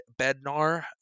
Bednar